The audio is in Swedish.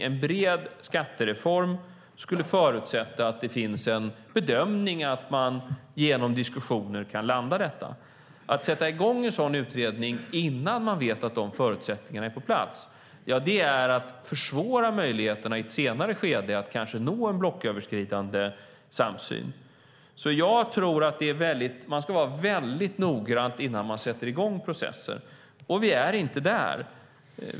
En bred skattereform skulle förutsätta att det finns en bedömning att man genom diskussioner kan landa i detta. Att sätta i gång en sådan utredning innan man vet att de förutsättningarna är på plats är att försvåra möjligheterna i ett senare skede att kanske nå en blocköverskridande samsyn. Jag tror att man ska vara väldigt noggrann innan man sätter i gång processer.